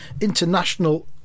international